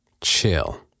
chill